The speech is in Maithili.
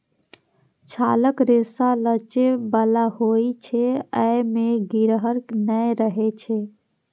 छालक रेशा लचै बला होइ छै, अय मे गिरह नै रहै छै